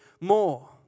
more